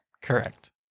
Correct